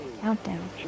Countdown